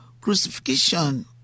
Crucifixion